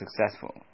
successful